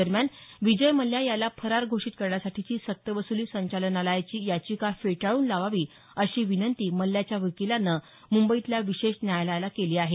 दरम्यान विजय मल्ल्या याला फरार घोषित करण्यासाठीची सक्तवसुली संचालनालयाची याचिका फेटाळून लावावी अशी विनंती मल्ल्याच्या वकिलानं मुंबईतल्या विशेष न्यायालयाला केली आहे